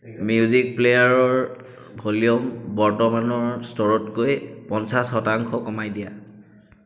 music প্লেয়াৰৰ volume বৰ্তমানৰ স্তৰতকৈ পঞ্চাছ শতাংশ কমাই দিয়া